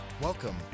Welcome